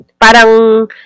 Parang